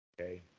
okay